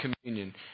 communion